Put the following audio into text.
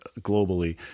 globally